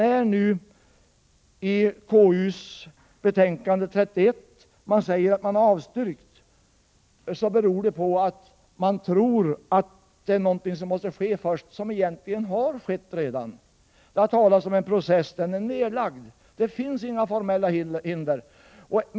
I KU:s betänkande 31 avstyrks motionerna med hänvisning till att det pågår en process och att det måste ske någonting först. Men processen är nedlagd, och därför finns det inga formella hinder att tillstyrka vårt förslag.